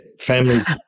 Families